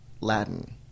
Latin